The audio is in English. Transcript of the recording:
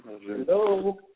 Hello